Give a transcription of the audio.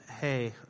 hey